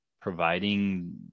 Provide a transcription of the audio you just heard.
providing